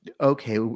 okay